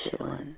chillin